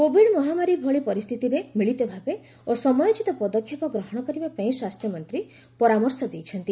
Covid ମହାମାରୀ ଭଳି ପରିସ୍ଥିତିରେ ମିଳିତ ଭାବେ ଓ ସମୟୋଚିତ ପଦକ୍ଷେପ ଗ୍ରହଣ କରିବାପାଇଁ ସ୍ୱାସ୍ଥ୍ୟମନ୍ତ୍ରୀ ପରାମର୍ଶ ଦେଇଛନ୍ତି